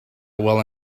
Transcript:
while